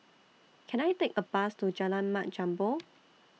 Can I Take A Bus to Jalan Mat Jambol